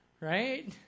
Right